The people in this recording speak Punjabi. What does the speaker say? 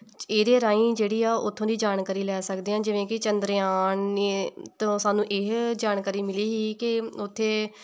ਇਹਦੇ ਰਾਹੀਂ ਜਿਹੜੀ ਆ ਉੱਥੋਂ ਦੀ ਜਾਣਕਾਰੀ ਲੈ ਸਕਦੇ ਹਾਂ ਜਿਵੇਂ ਕਿ ਚੰਦਰਯਾਣ ਤੋਂ ਸਾਨੂੰ ਇਹ ਜਾਣਕਾਰੀ ਮਿਲੀ ਸੀ ਕਿ ਉੱਥੇ